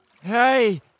Hey